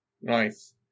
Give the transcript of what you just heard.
Nice